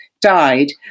died